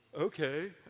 okay